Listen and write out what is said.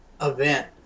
event